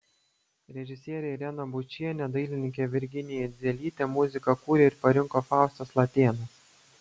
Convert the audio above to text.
režisierė irena bučienė dailininkė virginija idzelytė muziką kūrė ir parinko faustas latėnas